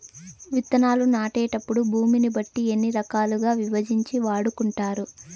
విత్తనాలు నాటేటప్పుడు భూమిని బట్టి ఎన్ని రకాలుగా విభజించి వాడుకుంటారు?